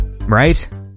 right